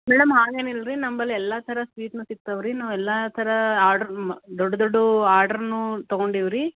madam ಹಾಗೇನು ಇಲ್ಲ ರೀ ನಮ್ಮಲ್ಲಿ ಎಲ್ಲ ಥರ ಸ್ವೀಟೂ ಸಿಗ್ತವೆ ರೀ ನಾವು ಎಲ್ಲ ಥರ ಆರ್ಡ್ರ್ ಮ ದೊಡ್ಡ ದೊಡ್ಡದು ಆರ್ಡ್ರುನ್ನೂ ತಗೊಂಡೀವಿ ರೀ